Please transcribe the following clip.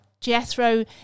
jethro